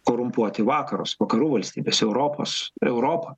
korumpuoti vakarus vakarų valstybes europos europą